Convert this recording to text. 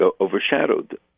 overshadowed